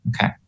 Okay